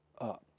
up